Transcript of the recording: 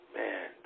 man